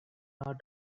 our